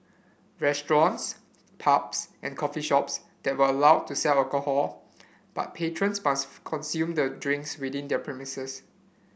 restaurants pubs and coffee shops that were allowed to sell alcohol but patrons must consume the drinks within their premises